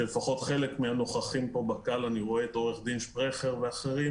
שלפחות חלק מן הנוכחים פה בקהל אני רואה את עו"ד שפרכר ואחרים